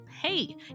hey